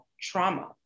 trauma